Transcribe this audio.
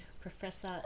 Professor